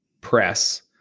press